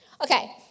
Okay